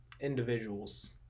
individuals